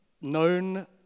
known